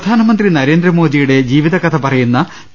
പ്രധാനമന്ത്രി നരേന്ദ്രമോദിയുടെ ജീവിതകഥ പറയുന്ന പി